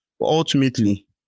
Ultimately